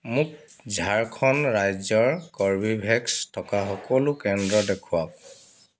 মোক ঝাৰখণ্ড ৰাজ্যৰ কৰ্বীভেক্স থকা সকলো কেন্দ্ৰ দেখুৱাওক